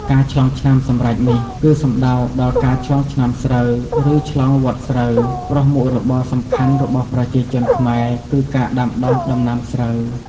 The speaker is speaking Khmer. ការឆ្លងឆ្នាំសម្រេចនេះ គឺសំដៅដល់ ការឆ្លងឆ្នាំស្រូវ ឬ ឆ្លងវដ្តស្រូវ ព្រោះមុខរបរសំខាន់របស់ប្រជាជនខ្មែរគឺការដាំដុះដំណាំស្រូវ។